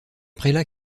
prélat